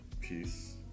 peace